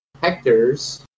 hectares